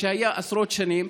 כמו שהיה עשרות שנים,